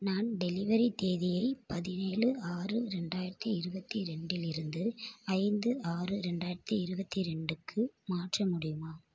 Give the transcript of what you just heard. நான் டெலிவரி தேதியை பதினேழு ஆறு ரெண்டாயிரத்து இருபத்தி ரெண்டிலிருந்து ஐந்து ஆறு ரெண்டாயிரத்து இருபத்தி ரெண்டுக்கு மாற்ற முடியுமா